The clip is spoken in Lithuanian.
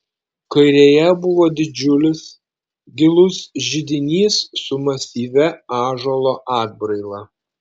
kairėje buvo didžiulis gilus židinys su masyvia ąžuolo atbraila